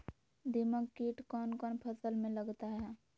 दीमक किट कौन कौन फसल में लगता है?